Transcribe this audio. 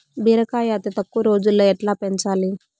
బీరకాయ అతి తక్కువ రోజుల్లో ఎట్లా పెంచాలి?